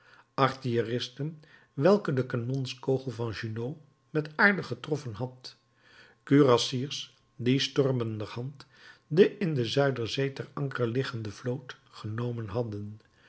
artilleristen welke de kanonskogel van junot met aarde getroffen had kurassiers die stormenderhand de in de zuiderzee ter anker liggende vloot genomen hadden